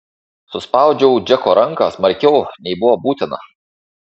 suspaudžiau džeko ranką smarkiau nei buvo būtina